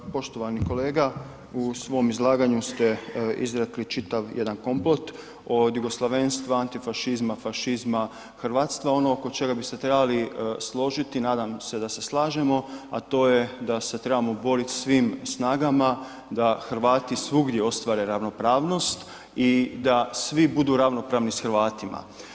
Poštovani kolega u svom izlaganju ste izrekli čitav jedan komplot od jugoslavenstva, antifašizma, fašizma, hrvatska ono oko čega bi se trebali složiti i nadam se da se slažemo, a to je da se trebamo boriti svim snagama da Hrvati svugdje ostvare ravnopravnost i da svi budu ravnopravni s Hrvatima.